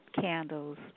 candles